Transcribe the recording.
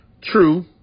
True